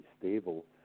stable